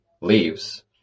leaves